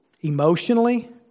emotionally